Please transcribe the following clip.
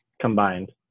combined